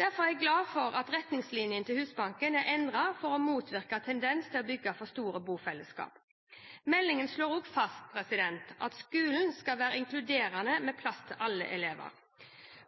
Derfor er jeg glad for at retningslinjene til Husbanken er endret for å motvirke tendensen til å bygge for store bofellesskap. Meldingen slår også fast at skolen skal være inkluderende med plass til alle elever.